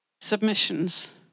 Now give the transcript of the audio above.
submissions